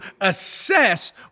assess